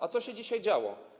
A co się dzisiaj działo?